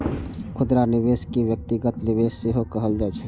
खुदरा निवेशक कें व्यक्तिगत निवेशक सेहो कहल जाइ छै